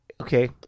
okay